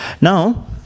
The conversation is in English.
now